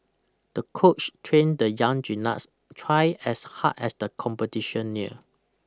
the coach trained the young gymnast twice as hard as the competition neared